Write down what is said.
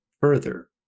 further